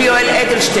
יולי יואל אדלשטיין,